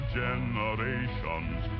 generations